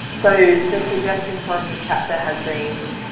so the suggestion for a new chapter has been,